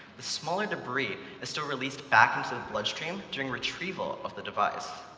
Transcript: the smaller debris is still released back into the bloodstream during retrieval of the device.